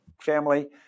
family